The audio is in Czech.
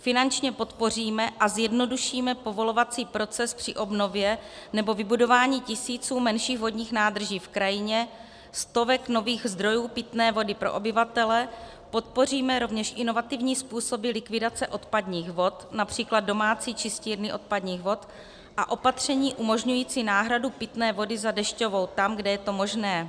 Finančně podpoříme a zjednodušíme povolovací proces při obnově nebo vybudování tisíců menších vodních nádrží v krajině, stovek nových zdrojů pitné vody pro obyvatele, podpoříme rovněž inovativní způsoby likvidace odpadních vod, například domácí čistírny odpadních vod, a opatření umožňující náhradu pitné vody za dešťovou tam, kde je to možné.